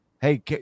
Hey